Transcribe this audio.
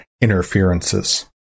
interferences